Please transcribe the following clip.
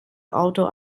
auto